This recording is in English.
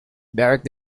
barak